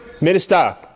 Minister